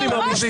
חמור.